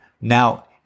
Now